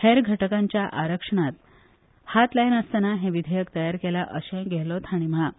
हेर घटकांच्या आरक्षणाक हात लाय नासताना हे विधेयक तयार केला अशेंय गेहलोत हांणी म्हळा